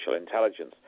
intelligence